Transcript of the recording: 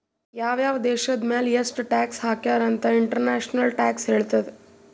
ಯಾವ್ ಯಾವ್ ದೇಶದ್ ಮ್ಯಾಲ ಎಷ್ಟ ಟ್ಯಾಕ್ಸ್ ಹಾಕ್ಯಾರ್ ಅಂತ್ ಇಂಟರ್ನ್ಯಾಷನಲ್ ಟ್ಯಾಕ್ಸ್ ಹೇಳ್ತದ್